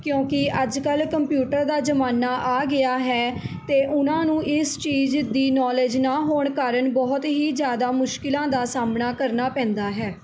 ਕਿਉਂਕਿ ਅੱਜ ਕੱਲ੍ਹ ਕੰਪਿਊਟਰ ਦਾ ਜਮਾਨਾ ਆ ਗਿਆ ਹੈ ਅਤੇ ਉਹਨਾਂ ਨੂੰ ਇਸ ਚੀਜ਼ ਦੀ ਨੌਲੇਜ਼ ਨਾ ਹੋਣ ਕਾਰਨ ਬਹੁਤ ਹੀ ਜ਼ਿਆਦਾ ਮੁਸ਼ਕਲਾਂ ਦਾ ਸਾਹਮਣਾ ਕਰਨਾ ਪੈਂਦਾ ਹੈ